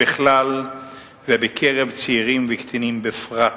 בכלל ובקרב צעירים וקטינים בפרט.